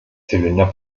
zylinder